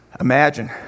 imagine